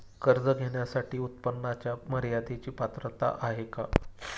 कर्ज घेण्यासाठी उत्पन्नाच्या मर्यदेची पात्रता आहे का?